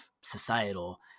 societal